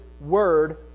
word